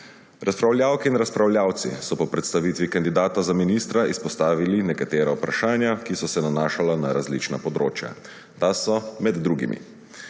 Razpravljavke in razpravljavci so po predstavitvi kandidata za ministra izpostavili nekatera vprašanja, ki so se nanašala na različna področja. Ta so med drugimi: